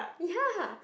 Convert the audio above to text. ya